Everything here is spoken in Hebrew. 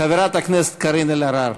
חברת הכנסת קארין אלהרר.